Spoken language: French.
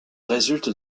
résulte